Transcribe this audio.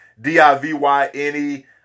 D-I-V-Y-N-E